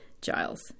Giles